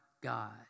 God